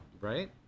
right